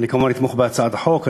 אני כמובן אתמוך בהצעת החוק.